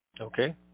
Okay